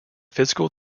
physical